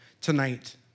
tonight